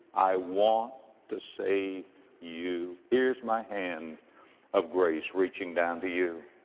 i want to save you. here's my hand of grace reaching down to you.